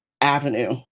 avenue